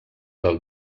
del